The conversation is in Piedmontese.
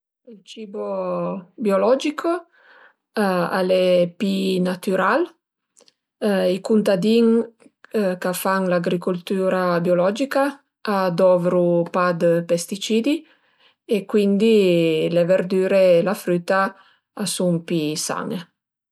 Ël cibo biologico al e pi natüral, i cuntadin ch'a fan l'agricültüra biologica a dovru pa 'd pesticidi e cuindi le verdüre e la früta a sun pi san-e